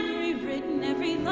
rewritten every line